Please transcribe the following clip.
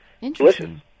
Interesting